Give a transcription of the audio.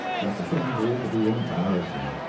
that the thing grew to be embarrassing.